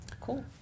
Cool